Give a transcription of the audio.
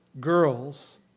girls